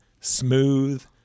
smooth